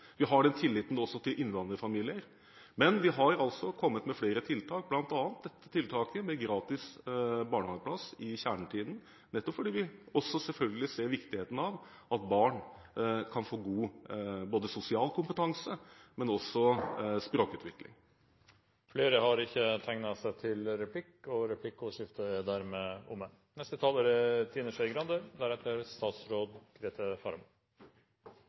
Vi har den tilliten også til innvandrerfamilier. Men vi har altså kommet med flere tiltak, bl.a. dette tiltaket med gratis barnehageplass i kjernetiden, nettopp fordi vi selvfølgelig ser viktigheten av at barn får god sosial kompetanse, og også språkutvikling. Replikkordskiftet er dermed omme.